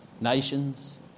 Nations